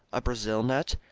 a brazil nut,